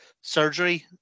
surgery